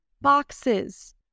boxes